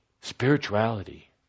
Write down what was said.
Spirituality